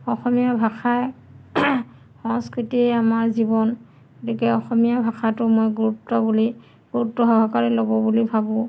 অসমীয়া ভাষাই সংস্কৃতিয়ে আমাৰ জীৱন গতিকে অসমীয়া ভাষাটো মই গুৰুত্ব বুলি গুৰুত্ব সহকাৰে ল'ব বুলি ভাবোঁ